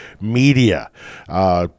Media